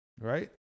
right